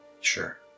Sure